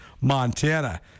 Montana